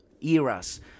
eras